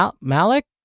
Malik